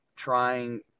trying